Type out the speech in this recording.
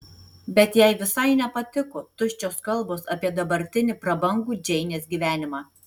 bet jai visai nepatiko tuščios kalbos apie dabartinį prabangų džeinės gyvenimą